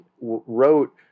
wrote